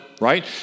right